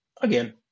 again